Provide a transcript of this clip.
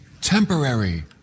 temporary